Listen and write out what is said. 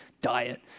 diet